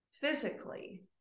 physically